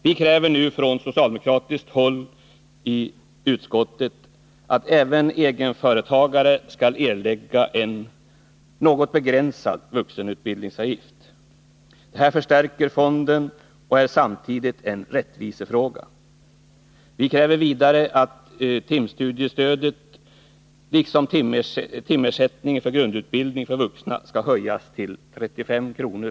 Vi kräver nu från socialdemokratiskt håll i utskottet att även egenföretagare skall erlägga en något begränsad vuxenutbildningsavgift. Det förstärker fonden och är samtidigt en rättvisefråga. Vi kräver vidare att timstudiestödet liksom timersättningen för grundutbildning för vuxna skall höjas till 35 kr.